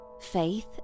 Faith